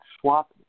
swap